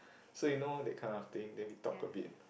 so you know that kind of thing then we talk a bit